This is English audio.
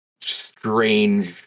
strange